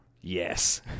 Yes